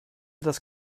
das